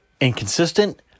inconsistent